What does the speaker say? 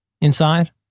inside